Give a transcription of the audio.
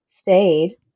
Stayed